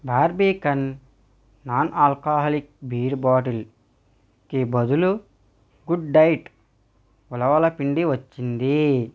Barbican non alcoholic beer బాటిల్కి బదులు గుడ్డైట్ ఉలవల పిండి వచ్చింది